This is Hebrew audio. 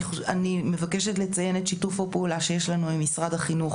אני מבקשת לציין את שיתוף הפעולה שיש לנו עם משרד החינוך